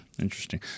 Interesting